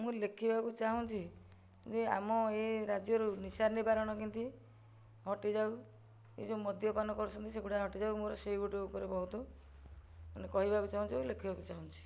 ମୁଁ ଲେଖିବାକୁ ଚାହୁଁଛି ଯେ ଆମ ଏ ରାଜ୍ୟରୁ ନିଶା ନିବାରଣ କେମିତି ହଟିଯାଉ ଏ ଯେଉଁ ମଦ୍ୟପାନ କରୁଛନ୍ତି ସେଗୁଡ଼ା ହଟିଯାଉ ମୋର ସେହି ଗୋଟିକ ଉପରେ ବହୁତ ମାନେ କହିବାକୁ ଚାହୁଁଛି ଏବଂ ଲେଖିବାକୁ ଚାହୁଁଛି